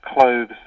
clothes